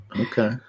Okay